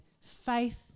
faith